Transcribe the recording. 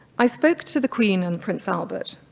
i spoke to the queen and prince albert,